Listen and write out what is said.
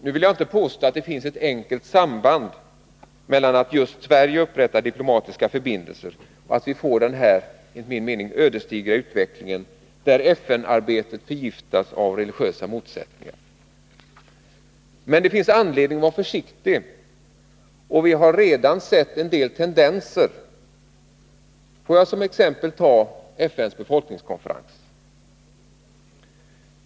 Jag vill inte påstå att det finns ett enkelt samband mellan det förhållandet att just Sverige upprättar diplomatiska förbindelser och att vi får den enligt min mening ödesdigra utvecklingen, där FN-arbetet förgiftas av religiösa motsättningar. Men det finns anledning att vara försiktig. Vi har redan sett en del tendenser. Får jag som exempel ta FN:s befolkningskonferens.